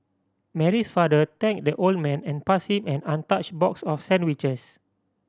Mary's father thanked the old man and passed him an untouched box of sandwiches